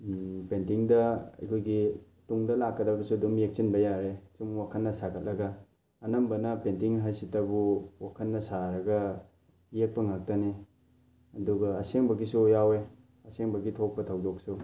ꯄꯦꯟꯇꯤꯡꯗ ꯑꯩꯈꯣꯏꯒꯤ ꯇꯨꯡꯗ ꯂꯥꯛꯀꯗꯕꯁꯨ ꯑꯗꯨꯝ ꯌꯦꯛꯁꯤꯟꯕ ꯌꯥꯔꯦ ꯁꯨꯝ ꯋꯥꯈꯜꯅ ꯁꯥꯒꯠꯂꯒ ꯑꯅꯝꯕꯅ ꯄꯦꯟꯇꯤꯡ ꯍꯥꯏꯁꯤꯗꯕꯨ ꯋꯥꯈꯜꯅ ꯁꯥꯔꯒ ꯌꯦꯛꯄ ꯉꯥꯛꯇꯅꯤ ꯑꯗꯨꯒ ꯑꯁꯦꯡꯕꯒꯤꯁꯨ ꯌꯥꯎꯋꯦ ꯑꯁꯦꯡꯕꯒꯤ ꯊꯣꯛꯄ ꯊꯧꯗꯣꯛꯁꯨ